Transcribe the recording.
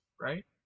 right